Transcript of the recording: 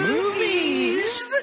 Movies